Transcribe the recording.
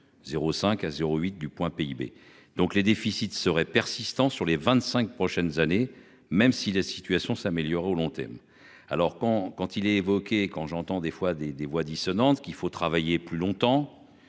05 à 08 du point PIB donc les déficits seraient persistants sur les 25 prochaines années, même si la situation s'améliorera au long terme. Alors quand quand il est évoqué. Quand j'entends des fois des, des voix dissonantes qu'il faut travailler plus longtemps.